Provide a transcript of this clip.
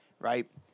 right